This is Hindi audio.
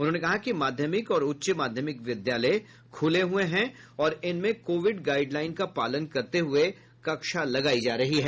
उन्होंने कहा कि माध्यमिक और उच्च माध्यमिक विद्यालय खुले हुये हैं और उनमें कोविड गाईड लाईन का पालन करते हुये कक्षा लगायी जा रही है